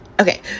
Okay